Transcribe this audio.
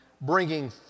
bringing